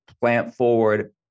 plant-forward